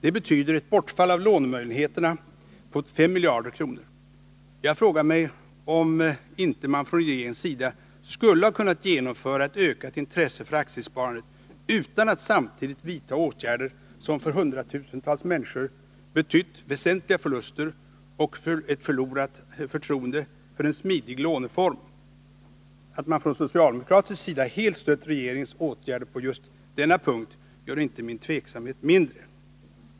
Det betyder ett bortfall av lånemöjligheter på 5 miljarder kronor. Jag frågar mig om man inte från regeringens sida skulle ha kunnat skapa ett ökat intresse för aktiesparandet utan att samtidigt vidta åtgärder som för hundratusentals människor betytt väsentliga förluster och ett förlorat förtroende för en smidig låneform. Att man från socialdemokratisk sida helt stött regeringens åtgärd på just denna punkt gör inte min tveksamhet mindre.